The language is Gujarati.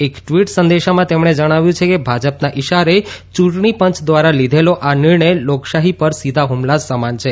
એક ટ્વીટ સંદેશામાં તેમણે જણાવ્યું છે કે ભાજપના ઇશારે ચૂંટણી પંચ દ્વારા લીધેલો આ નિર્ણય લોકશાહી પર સીધા હુમલા સમાન છે